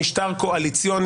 -- אנחנו במשטר קואליציוני.